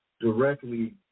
directly